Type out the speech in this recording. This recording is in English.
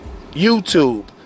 YouTube